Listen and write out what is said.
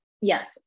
yes